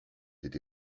été